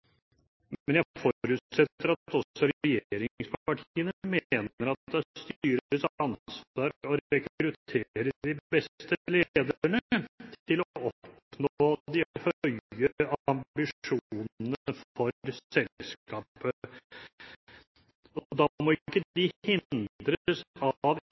men jeg forutsetter at også regjeringspartiene mener at det er styrets ansvar å rekruttere de beste lederne for å oppnå de høye ambisjonene for selskapet. Da må ikke de hindres av inngjerdinger som gjør at de ikke